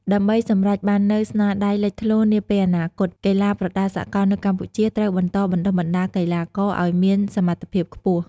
ដើម្បីសម្រេចបាននូវស្នាដៃលេចធ្លោនាពេលអនាគត កីឡាប្រដាល់សកលនៅកម្ពុជាត្រូវបន្តបណ្តុះបណ្តាលកីឡាករឲ្យមានសមត្ថភាពខ្ពស់។